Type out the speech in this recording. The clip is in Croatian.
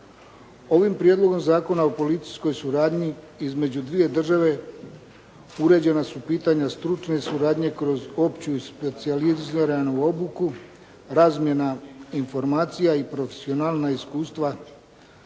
Ovim prijedlogom zakona o policijskoj suradnji između dvije države uređena su pitanja stručne suradnje kroz opću i specijaliziranu obuku, razmjena informacija i profesionalna iskustva,